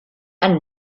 ein